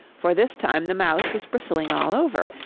for this time the mouse was bristling all over,